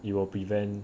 you will prevent